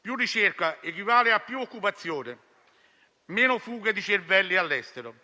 Più ricerca equivale a più occupazione, meno fuga di cervelli all'estero.